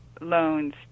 loans